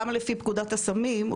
גם לפי פקודת הסמים,